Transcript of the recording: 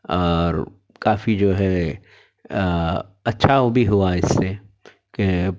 اور کافی جو ہے اچھا بھی ہوا اس سے کہ